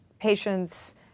patients